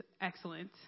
excellent